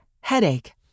headache